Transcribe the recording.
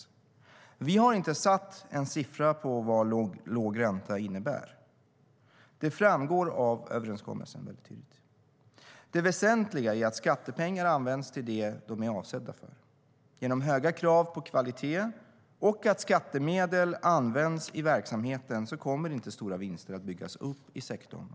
Vi har inte satt en siffra på vad låg ränta innebär. Det framgår av överenskommelsen. Det väsentliga är att skattepengar används till det de är avsedda för. Genom höga krav på kvalitet och att skattemedel används i verksamheten kommer inte stora vinster att byggas upp i sektorn.